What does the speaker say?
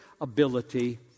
ability